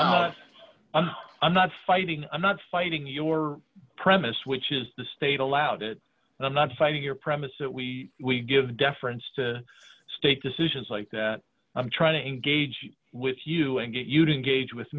and i'm not fighting i'm not fighting your premise which is the state allowed it and i'm not fighting your premise that we we give deference to state decisions like that i'm trying to engage with you and get you to engage with